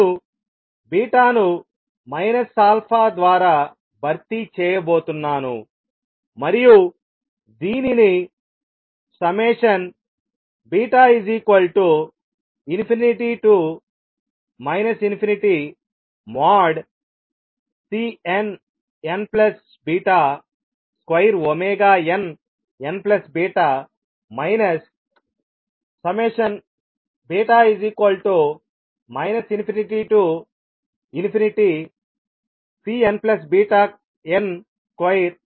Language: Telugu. నేను ను α ద్వారా భర్తీ చేయబోతున్నాను మరియు దీనిని β∞ ∞|Cnnβ |2nnβ β ∞|Cnβn |2nβn